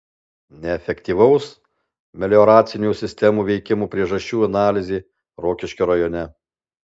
neefektyvaus melioracinių sistemų veikimo priežasčių analizė rokiškio rajone